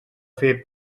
fer